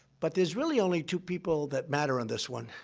but there's really only two people that matter on this one,